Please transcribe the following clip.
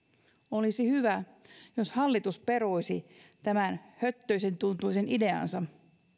olisi hyvä jos hallitus peruisi tämän höttöisen tuntuisen ideansa